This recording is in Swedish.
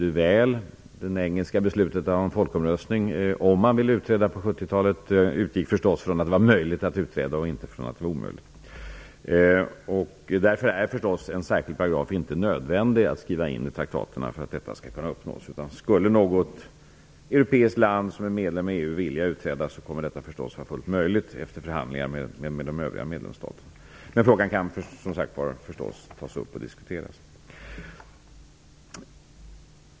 När det gäller det engelska beslutet på 70-talet att ha en folkomröstning om utträde utgick man naturligtvis från att det var möjligt att utträda, inte från att detta var omöjligt. Därför är det inte nödvändigt att skriva in en särskild paragraf i traktaten för att detta skall kunna uppnås. Skulle något europeiskt land som är medlem i EU vilja utträda, kommer detta förstås att vara fullt möjligt efter förhandlingar med de övriga medlemsstaterna. Men frågan kan, som sagt, tas upp och diskuteras.